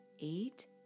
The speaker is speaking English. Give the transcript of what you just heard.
eight